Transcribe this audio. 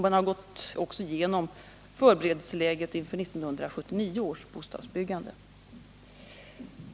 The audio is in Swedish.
Man har också gått igenom förberedelseläget inför 1979 års bostadsbyggande.